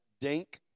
Dink